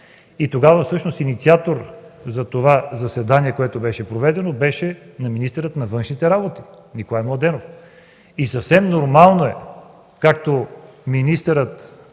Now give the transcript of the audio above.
Тогава всъщност инициатор за това заседание, което беше проведено, беше министъра на външните работи Николай Младенов. Съвсем нормално е както министърът